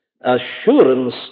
assurance